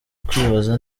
kwibaza